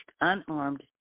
unarmed